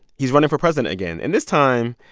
he's running for president again. and this time,